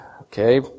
Okay